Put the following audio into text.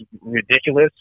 ridiculous